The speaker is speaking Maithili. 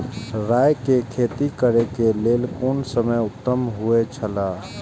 राय के खेती करे के लेल कोन समय उत्तम हुए छला?